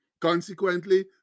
Consequently